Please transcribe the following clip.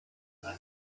weil